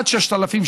עד 6,000,